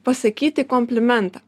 pasakyti komplimentą